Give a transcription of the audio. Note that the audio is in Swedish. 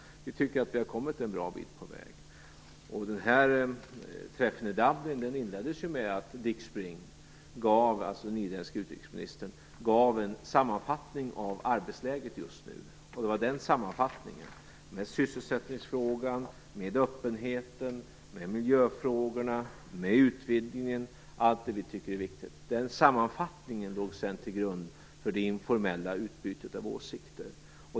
Vi tycker att vi har kommit en bra bit på väg. Sammankomsten i Dublin inleddes ju med att Dick Spring, den irländske utrikesministern, gav en sammanfattning av arbetsläget just nu. Det var den sammanfattningen, med sysselsättningsfrågan, öppenheten, miljöfrågorna och utvidgningen - allt det vi tycker är viktigt - som sedan låg till grund för det informella utbytet av åsikter.